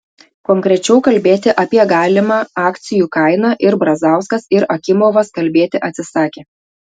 konkrečiau kalbėti apie galimą akcijų kainą ir brazauskas ir akimovas kalbėti atsisakė